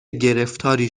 گرفتاری